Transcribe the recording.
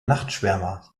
nachtschwärmer